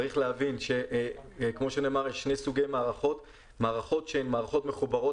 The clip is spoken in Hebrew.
צריך להבין שיש שני סוגי מערכות; מערכות שהן מערכות מחוברות